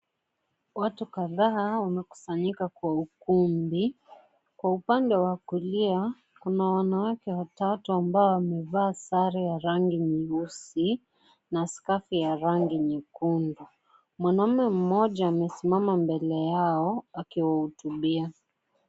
Watu kadhaa wamekusanyika kwa ukumbi. Kwa upande wa kulia, kuna wanawake watatu ambao wamevaa sare ya rangi nyeusi na skafu ya rangi nyekundu. Mwanaume mmoja amesimama mbele yao akiwahutubia.